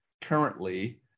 currently